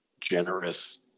generous